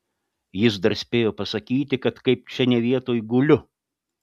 jis dar spėjo pasakyti kad kaip čia ne vietoj guliu